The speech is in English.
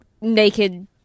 naked